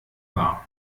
war